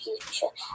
future